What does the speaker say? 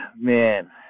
man